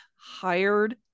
hired